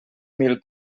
mil